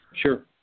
Sure